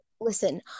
listen